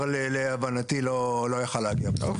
אדוני היושב-ראש,